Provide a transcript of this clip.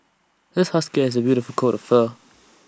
this husky has A beautiful coat of fur